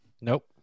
Nope